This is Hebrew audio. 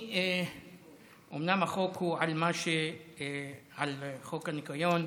אומנם החוק הוא חוק הניקיון,